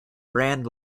brand